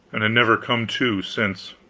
and had never come to since.